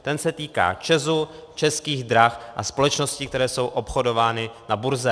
Ten se týká ČEZu, Českých drah a společností, které jsou obchodovány na burze.